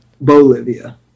Bolivia